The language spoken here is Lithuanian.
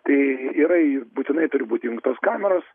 tai yra ir būtinai turi būti įjungtos kameros